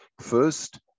First